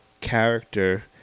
character